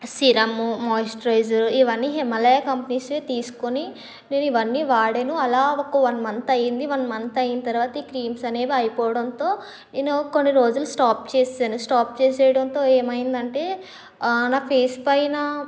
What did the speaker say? serum moisturizer ఇవన్నీ హిమాలయా కంపెనీస్వి తీసుకుని నేను ఇవన్నీ వాడాను అలా ఒక వన్ మంత్ అయ్యింది వన్ మంత్ అయిన తర్వాత ఈ క్రీమ్స్ అనేవి అయిపోవడంతో నేను కొన్ని రోజులు స్టాప్ చేసేసాను స్టాప్ చేసేయడంతో అది ఏమైందంటే నా ఫేస్ పైన